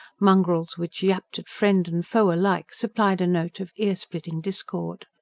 mongrels which yapped at friend and foe alike, supplied a note of earsplitting discord.